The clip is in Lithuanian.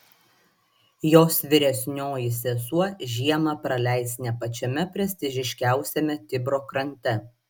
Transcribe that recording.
jos vyresnioji sesuo žiemą praleis ne pačiame prestižiškiausiame tibro krante